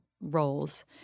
roles